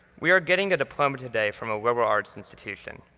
we are getting a diploma today from a liberal arts institution.